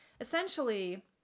essentially